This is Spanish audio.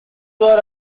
todas